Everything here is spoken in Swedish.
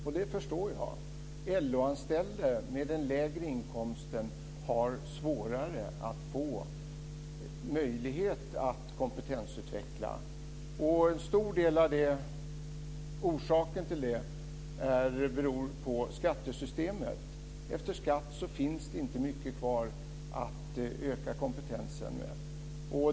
Jag förstår det. Den LO-anställde, med en lägre inkomst, har svårare att få möjlighet att kompetensutveckla sig. En stor del av orsaken till det är skattesystemet. Efter skatt finns det inte mycket kvar att öka kompetensen med.